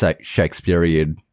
Shakespearean